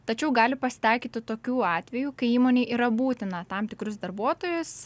tačiau gali pasitaikyti tokių atvejų kai įmonei yra būtina tam tikrus darbuotojus